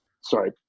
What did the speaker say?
sorry